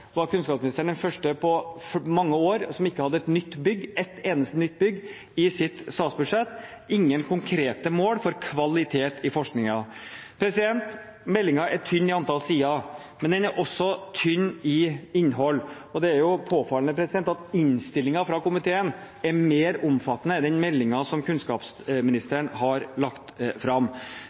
var kunnskapsministeren den første på mange år som ikke hadde ett eneste nytt bygg i sitt statsbudsjett, og ingen konkrete mål for kvalitet i forskningen. Meldingen er tynn med hensyn til antall sider, og den er også tynn i innhold. Det er jo påfallende at innstillingen fra komiteen er mer omfattende enn den meldingen kunnskapsministeren har lagt fram.